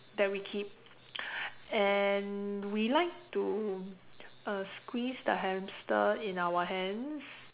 that we keep and we like to uh squeeze the hamster in our hands